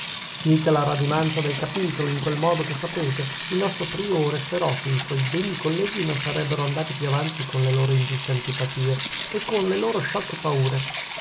finita la radunanza del capitolo in quel modo che sapete il nostro priore sperò che i suoi degni colleghi non sarebbero andati più avanti con le loro ingiuste antipatie e con le loro sciocche paure